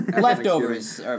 Leftovers